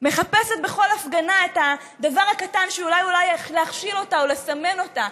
מחפשת בכל הפגנה את הדבר הקטן שאולי יהיה איך להכשיל אותה או לסמן אותה.